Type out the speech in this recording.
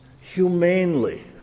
humanely